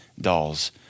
dolls